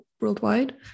worldwide